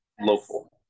local